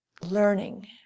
learning